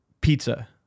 Pizza